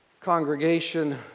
Congregation